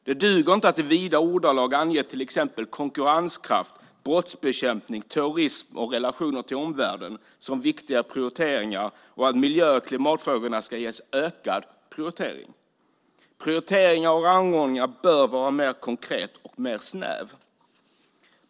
Det duger inte att i vida ordalag ange till exempel konkurrenskraft, brottsbekämpning, terrorism och relationer till omvärlden som viktiga prioriteringar och att miljö och klimatfrågorna ska ges ökad prioritet. Prioriteringen och rangordningen bör vara mer konkret och mer snäv.